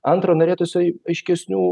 antra norėtųsi aiškesnių